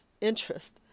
interest